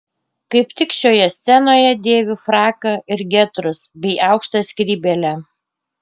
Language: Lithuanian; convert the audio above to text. kaip tik šioje scenoje dėviu fraką ir getrus bei aukštą skrybėlę